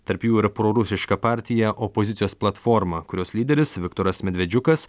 tarp jų ir prorusiška partija opozicijos platforma kurios lyderis viktoras medvedžiukas